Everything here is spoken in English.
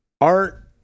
art